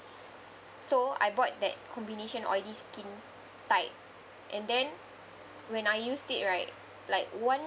so I bought that combination oily skin type and then when I use it right like one